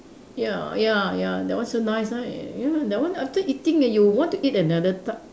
ya ya ya that one still nice ah y~ you know that one after eating then you want to eat another ti~